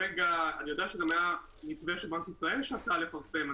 אני יודע שגם היה מתווה שבנק ישראל שקל לפרסם,